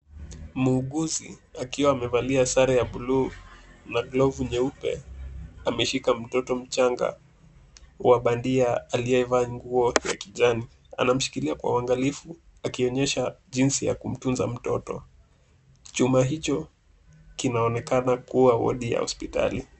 Muuguzi akiwa amevalia sare ya bluu na glavu nyeupe ameshika mtoto mchanga wa bandia aliyevaa nguo ya kijani. Anamshikilia kwa uangalifu akionyesha jinsi ya kumtunza mtoto. Chumba hicho kinaonekana kuwa wodi ya hospitali.